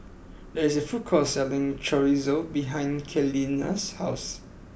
there is a food court selling Chorizo behind Kenia's house